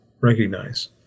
recognize